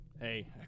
Hey